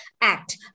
Act